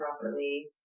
properly